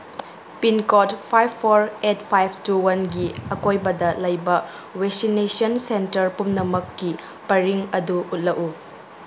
pincode five four eight five two ꯋꯥꯟꯒꯤ ꯑꯀꯣꯏꯕꯗ ꯂꯩꯕ ꯋꯦꯁꯤꯟꯅꯦꯁꯟ ꯁꯦꯟꯇꯔ ꯄꯨꯝꯅꯃꯛꯀꯤ ꯄꯔꯤꯡ ꯑꯗꯨ ꯎꯠꯂꯛꯎ